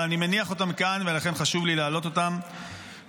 אבל אני מניח אותן כאן ולכן חשוב לי להעלות אותן בפניכם,